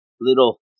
little